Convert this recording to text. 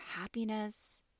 happiness